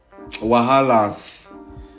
wahalas